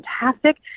fantastic